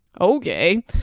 Okay